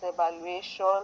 evaluation